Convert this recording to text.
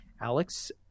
Alex